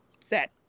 set